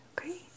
okay